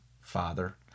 father